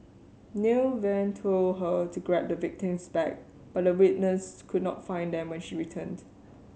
Nair then told her to grab the victim's bag but the witness could not find them when she returned